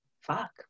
Fuck